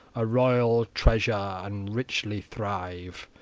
a royal treasure, and richly thrive!